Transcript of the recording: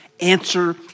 answer